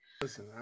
Listen